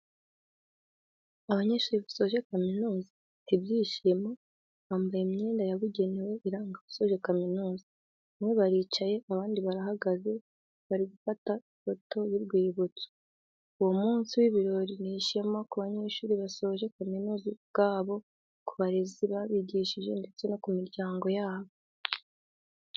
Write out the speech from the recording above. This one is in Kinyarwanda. Abanyeshuri basoje kaminuza bafite ibyishimo, bambaye imyenda yabugenewe iranga abasoje kaminuza, bamwe baricaye abandi barahagaze bari gufata ifoto y'urwibutso, uwo munsi w'ibirori ni ishema ku banyeshuri basoje kaminuza ubwabo, ku barezi babigishije ndetse no ku miryango yabo.